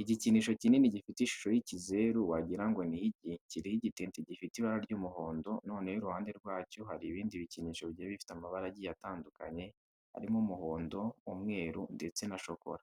Igikinisho kinini gifite ishusho y'ikizeru wagira ngo ni igi, kiriho igitente gifite ibara ry'umuhondo, noneho iruhande rwacyo hari ibindi bikinisho bigiye bifite amabara agiye atandukanye harimo umuhondo, umweru ndetse na shokora.